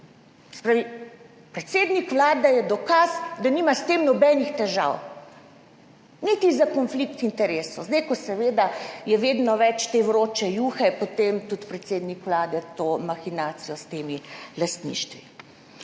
pravi, predsednik Vlade je dokaz, da nima s tem nobenih težav, niti za konflikt interesov. Zdaj, ko seveda je vedno več te vroče juhe, potem tudi predsednik Vlade to mahinacijo s temi lastništvi.